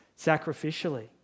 sacrificially